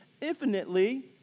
infinitely